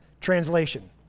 translation